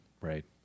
right